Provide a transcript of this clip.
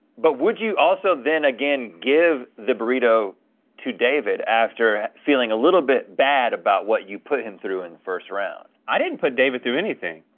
but would you also then again give the burrito to david after feeling a little bit bad about what you put him through in the first round. i didn't put david through anything.